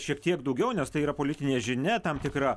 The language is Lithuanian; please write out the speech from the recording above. šiek tiek daugiau nes tai yra politinė žinia tam tikra